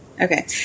Okay